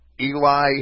Eli